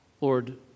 Lord